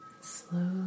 Slowly